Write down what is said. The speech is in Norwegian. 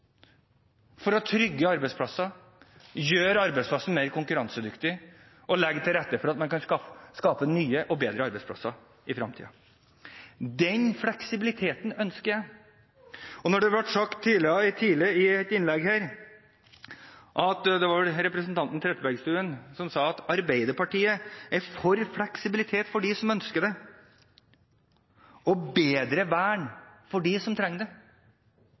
for å trygge arbeidsplasser, gjøre arbeidsplassen mer konkurransedyktig og legge til rette for at man kan skape nye og bedre arbeidsplasser i fremtiden. Den fleksibiliteten ønsker jeg. Det ble sagt i et tidligere innlegg her – det var vel representanten Trettebergstuen som sa det – at Arbeiderpartiet er for fleksibilitet for dem som ønsker det, og for bedre vern for dem som trenger det.